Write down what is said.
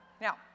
Now